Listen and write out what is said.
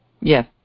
Yes